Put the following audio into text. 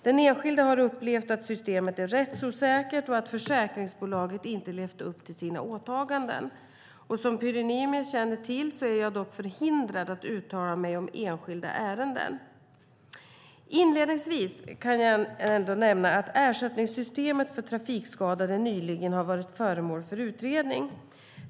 Den enskilde har upplevt att systemet är rättsosäkert och att försäkringsbolaget inte levt upp till sina åtaganden. Som Pyry Niemi känner till är jag dock förhindrad att uttala mig om enskilda ärenden. Inledningsvis kan jag ändå nämna att ersättningssystemet för trafikskadade nyligen har varit föremål för utredning.